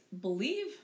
believe